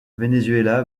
venezuela